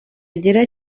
agira